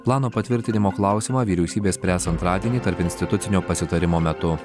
plano patvirtinimo klausimą vyriausybė spręs antradienį tarpinstitucinio pasitarimo metu